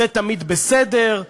זה תמיד בסדר,